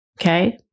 Okay